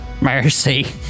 Mercy